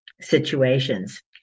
situations